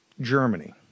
Germany